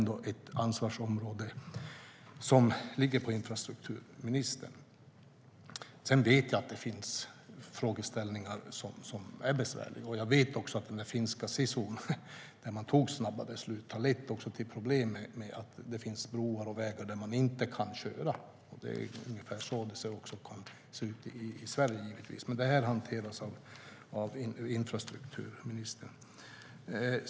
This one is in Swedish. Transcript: Det här ligger ändå inom infrastrukturministerns ansvarsområde. Jag vet att det finns besvärliga frågeställningar. Och jag vet att den finska sisun, när man tog snabba beslut, har lett till problem med broar och vägar som man inte kan köra på. Det kan givetvis se ut ungefär på det sättet även i Sverige. Men det hanteras av infrastrukturministern.